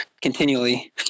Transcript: continually